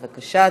בבקשה,